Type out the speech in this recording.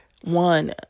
one